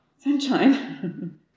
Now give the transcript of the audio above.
Sunshine